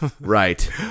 right